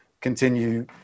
continue